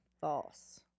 False